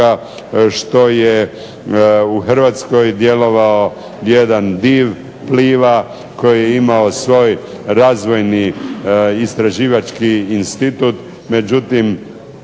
što je u Hrvatskoj djelovao jedan div Pliva koji je imao svoj razvojni, istraživački institut. Međutim,